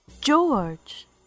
George